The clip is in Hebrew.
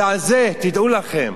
ועל זה, תדעו לכם,